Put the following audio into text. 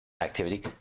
activity